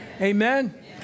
Amen